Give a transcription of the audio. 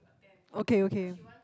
okay okay